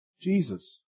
Jesus